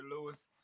Lewis